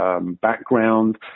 background